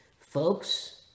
Folks